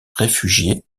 réfugiés